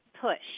push